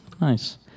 nice